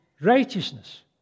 righteousness